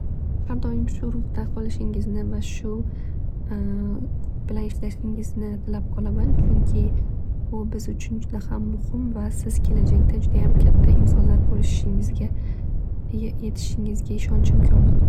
Har doim shu ruhda qolishingizni va shu kuch bilan ishlashingizni tilab qolaman. Chunki bu biz uchun juda ham muhim va siz kelajakda judayam katta insonlar bo'lishingizga yetishingizga ishonchim komil.